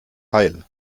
heil